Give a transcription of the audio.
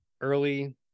early